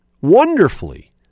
wonderfully